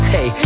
Hey